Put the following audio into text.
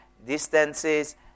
Distances